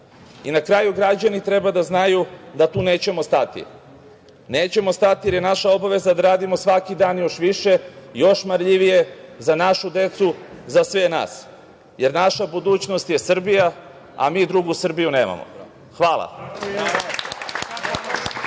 Na kraju, građani treba da znaju da tu nećemo stati. Nećemo stati, jer je naša obaveza da gradimo svaki dan još više, još marljivije za našu decu, za sve nas, jer naša budućnost je Srbija, a mi drugu Srbiju nemamo. Hvala.